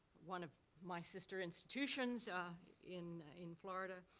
one of my sister institutions in in florida,